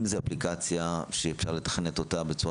אם זה אפליקציה שאפשר לתכנת אותה בצורה